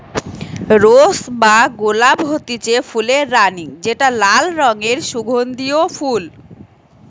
rose বা গোলাপ হতিছে ফুলের রানী যেটা লাল রঙের সুগন্ধিও ফুল